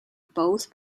both